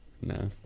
No